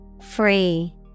Free